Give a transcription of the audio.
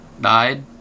died